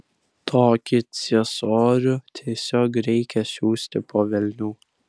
tokį ciesorių tiesiog reikia siųsti po velnių